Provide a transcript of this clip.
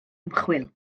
ymchwil